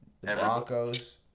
Broncos